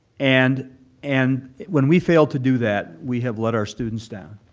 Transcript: and and when we fail to do that, we have let our students down.